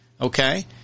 Okay